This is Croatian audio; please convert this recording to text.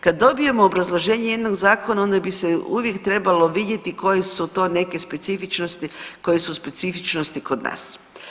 Kad dobijemo obrazloženje jednog zakona, onda bi se uvijek trebalo vidjeti koji su to neke specifičnosti, koje su specifičnosti kod nas.